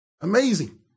Amazing